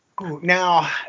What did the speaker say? Now